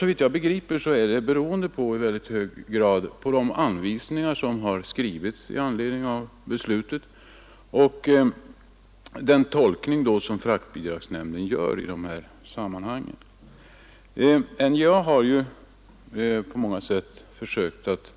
Såvitt jag begriper beror det i mycket hög grad på de anvisningar som har skrivits i anledning av beslutet, och den tolkning som fraktbidragsnämnden gör i de här sammanhangen. NJA har försökt